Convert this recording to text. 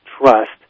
trust